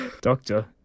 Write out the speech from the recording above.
Doctor